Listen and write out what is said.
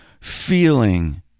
feeling